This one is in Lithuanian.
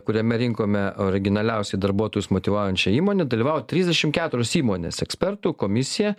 kuriame rinkome originaliausiai darbuotojus motyvuojančią įmonė dalyvavo trisdešim keturios įmonės ekspertų komisija